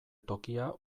tokia